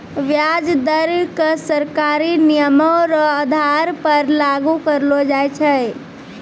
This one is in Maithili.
व्याज दर क सरकारी नियमो र आधार पर लागू करलो जाय छै